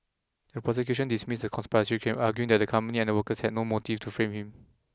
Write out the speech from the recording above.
the prosecution dismissed the conspiracy claim arguing that the company and the workers had no motive to frame him